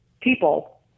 people